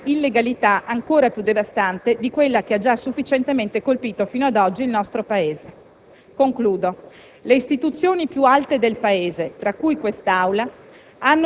In questo senso il Governo, su forte e pressante indicazione di questa maggioranza, ha operato giustamente con tempestività per rimediare all'indebito inserimento dell'emendamento in questione in finanziaria,